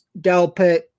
Delpit